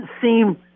seem